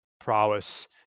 prowess